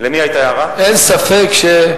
אין ספק.